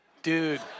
Dude